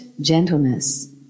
gentleness